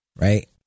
Right